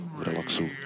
relaxu